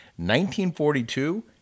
1942